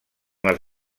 les